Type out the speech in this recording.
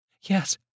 yes